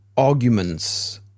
arguments